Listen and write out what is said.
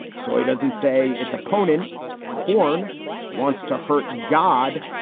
so it doesn't say its opponent corne wants to hurt god.